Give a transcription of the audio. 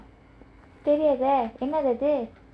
தெரியாதே என்னதது:theriyathe ennathathu